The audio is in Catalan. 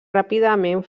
ràpidament